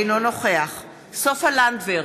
אינו נוכח סופה לנדבר,